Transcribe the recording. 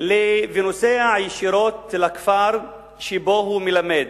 ונוסע ישירות לכפר שבו הוא מלמד,